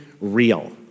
real